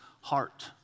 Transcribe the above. heart